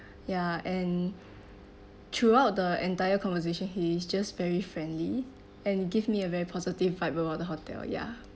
ya and throughout the entire conversation he's just very friendly and give me a very positive vibe about the hotel ya